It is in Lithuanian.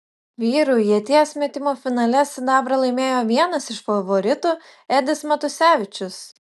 vyrų ieties metimo finale sidabrą laimėjo vienas iš favoritų edis matusevičius